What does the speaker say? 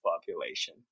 population